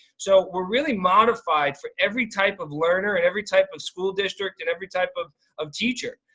so we're really modified for every type of learner and every type of school district and every type of of teacher.